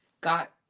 got